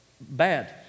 Bad